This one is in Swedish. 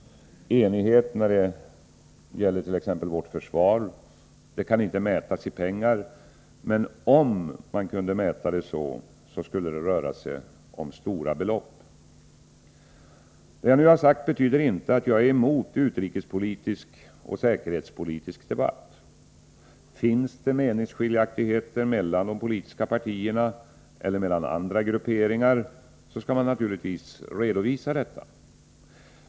Enighet när det gäller t.ex. vårt försvar kan inte mätas i pengar. Men kunde den det, skulle det röra sig om stora belopp. Det jag nu har sagt betyder inte att jag är emot utrikespolitisk och säkerhetspolitisk debatt. Finns det meningsskiljaktigheter mellan de politiska partierna eller mellan andra grupperingar, skall man givetvis redovisa dessa.